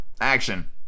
action